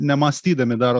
nemąstydami daro